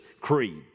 Creed